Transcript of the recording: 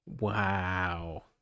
Wow